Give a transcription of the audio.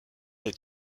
est